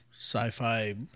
sci-fi